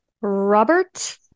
robert